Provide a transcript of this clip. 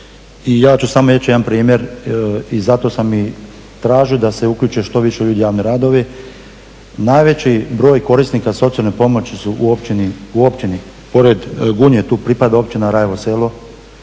ja ću samo reći jedan primjer i zato sam i tražio da se uključe što više ljudi u javne radove. Najveći broj korisnika socijalne pomoći su u općini, pored Gunje tu pripada općina Rajevo Selo,